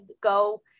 go